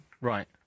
Right